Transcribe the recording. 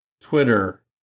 Twitter